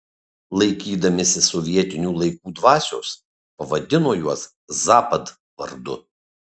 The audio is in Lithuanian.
laikydamasi sovietinių laikų dvasios pavadino juos zapad vardu